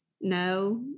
no